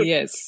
Yes